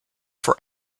for